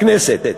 בכנסת.